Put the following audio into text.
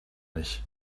nicht